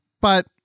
but-